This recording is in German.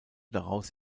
daraus